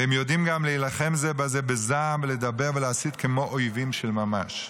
והם יודעים גם להילחם זה בזה בזעם ולדבר ולהסית כמו אויבים של ממש.